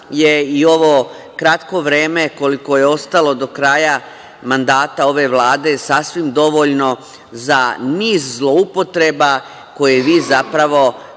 je i ovo kratko vreme koliko je ostalo do kraja mandata ove Vlade sasvim dovoljno za niz zloupotreba koje ćete vi zapravo